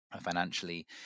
financially